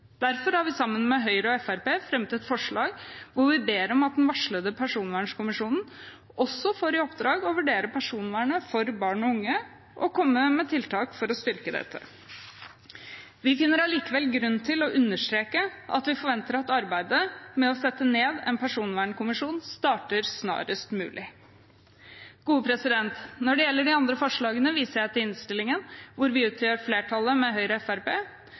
Derfor har vi sammen med Høyre og Fremskrittspartiet fremmet et forslag hvor vi ber om at den varslede personvernkommisjonen også får i oppdrag å vurdere personvernet for barn og unge og komme med tiltak for å styrke dette. Vi finner allikevel grunn til å understreke at vi forventer at arbeidet med å sette ned en personvernkommisjon starter snarest mulig. Når det gjelder forslaget, viser jeg til innstillingen hvor vi utgjør flertallet sammen med Høyre og